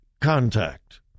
contact